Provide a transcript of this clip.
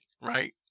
right